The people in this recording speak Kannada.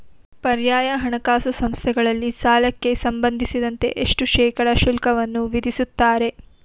ಪರ್ಯಾಯ ಹಣಕಾಸು ಸಂಸ್ಥೆಗಳಲ್ಲಿ ಸಾಲಕ್ಕೆ ಸಂಬಂಧಿಸಿದಂತೆ ಎಷ್ಟು ಶೇಕಡಾ ಶುಲ್ಕವನ್ನು ವಿಧಿಸುತ್ತಾರೆ?